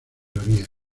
categoría